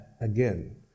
again